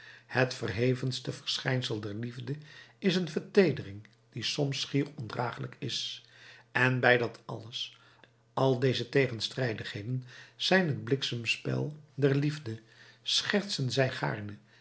het verhevenste verschijnsel der liefde is een verteedering die soms schier ondragelijk is en bij dat alles al deze tegenstrijdigheden zijn het bliksemspel der liefde schertsten zij